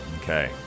Okay